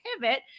pivot